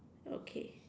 okay